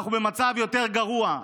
ואנחנו במצב יותר גרוע.